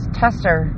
tester